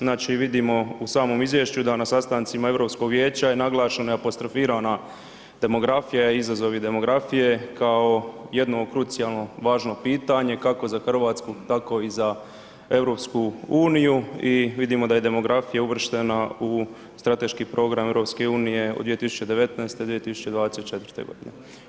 Znači vidimo u samom izvješću da na sastancima Europskog vijeća je naglašena i apostrofirana demografija i izazovi demografije kao jedno krucijalno važno pitanje kako za Hrvatsku tako i za EU i vidimo da je demografija uvrštena u Strateški program EU od 2019. – 2024. godine.